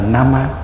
Nama